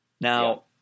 Now